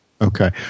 Okay